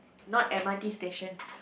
not m_r_t station